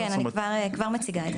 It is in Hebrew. כן אני כבר אציג את זה.